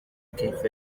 كيف